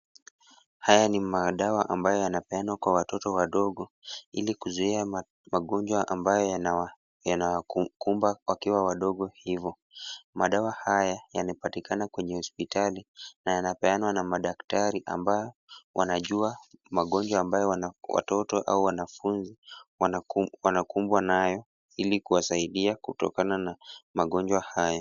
Haya ni madawa ambayo yanapeanwa kwa watoto wadogo ili kuzuia magonjwa ambayo yanawakumba wakiwa wadogo hivo. Madawa haya yanapatikana kwenye hospitali na yanapeanwa na madaktari ambao wanajua magonjwa ambayo watoto au wanafunzi wanakumbwa nayo ili kuwasaidia kutokana na magonjwa haya.